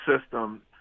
system